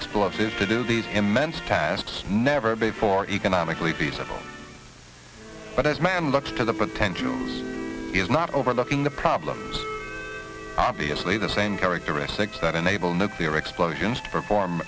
explosive to do these immense tests never before economically feasible but as man looks to the potential is not overlooking the problem obviously the same characteristics that enable nuclear explosions to perform